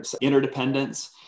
interdependence